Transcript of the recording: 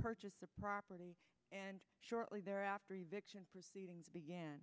purchased the property and shortly thereafter even proceedings began